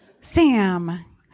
Sam